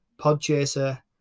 Podchaser